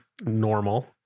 normal